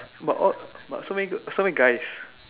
but all but so many so many guys